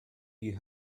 you